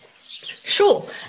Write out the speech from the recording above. Sure